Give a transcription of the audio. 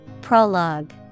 prologue